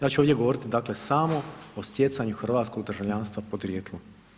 Ja ću ovdje govorit samo o stjecanju hrvatskog državljanstva podrijetlom.